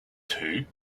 two